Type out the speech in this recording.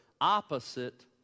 opposite